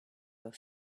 were